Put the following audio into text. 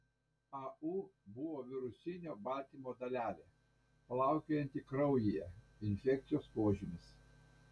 au buvo virusinio baltymo dalelė plaukiojanti kraujyje infekcijos požymis